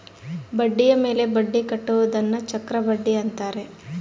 ಬಡ್ಡಿಯ ಮೇಲೆ ಬಡ್ಡಿ ಕಟ್ಟುವುದನ್ನ ಚಕ್ರಬಡ್ಡಿ ಅಂತಾರೆ